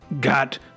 got